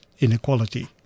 inequality